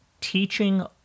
teaching